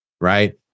right